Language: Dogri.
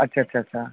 अच्छा अच्छा अच्छा